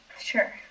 sure